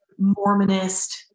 Mormonist